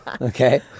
Okay